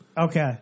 Okay